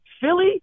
Philly